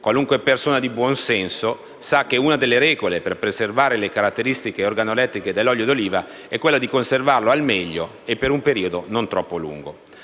Qualunque persona di buon senso sa che una delle regole per preservare le caratteristiche organolettiche dell'olio di oliva è quella di conservarlo al meglio e per un periodo non troppo lungo.